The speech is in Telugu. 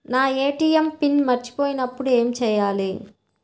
నా ఏ.టీ.ఎం పిన్ మర్చిపోయినప్పుడు ఏమి చేయాలి?